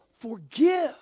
Forgive